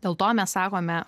dėl to mes sakome